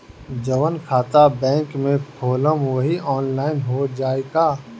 जवन खाता बैंक में खोलम वही आनलाइन हो जाई का?